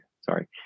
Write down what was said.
sorry